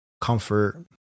comfort